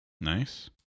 Nice